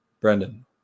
brendan